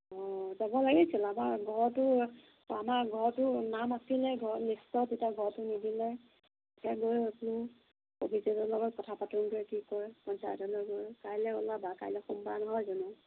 অ যাব লাগিছিল আমাৰ ঘৰতো আমাৰ ঘৰতো নাম আছিলে ঘৰৰ লিষ্টত এতিয়া ঘৰটো নিদিলে এতিয়া গৈ আছোঁ অফিচাৰৰ লগত কথা পাতোঁগৈ কি কয় পঞ্চায়তলৈ গৈ কাইলৈ ওলাবা কাইলৈ সোমবাৰ নহয় জানো